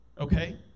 Okay